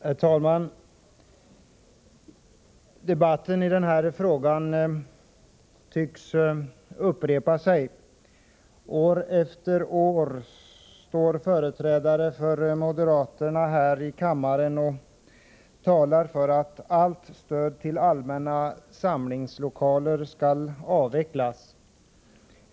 Herr talman! Debatten i den här frågan tycks upprepa sig. År efter år står företrädare för moderaterna här i kammaren och talar för att allt stöd till allmänna samlingslokaler skall avvecklas.